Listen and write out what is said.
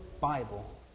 Bible